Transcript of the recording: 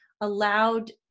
allowed